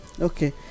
Okay